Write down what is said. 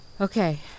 Okay